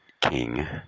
king